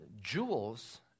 jewels